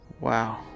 Wow